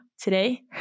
today